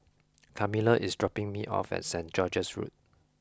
Carmella is dropping me off at Saint George's Road